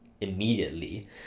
immediately